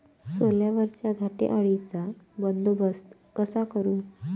सोल्यावरच्या घाटे अळीचा बंदोबस्त कसा करू?